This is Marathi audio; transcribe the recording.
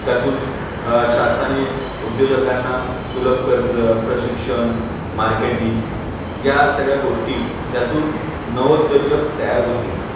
त्यातून शासनाने उद्योजकांना सुलभ कर्ज प्रशिक्षण मार्केटिंग या सगळ्या गोष्टी त्यातून नवोद्योजक तयार होतील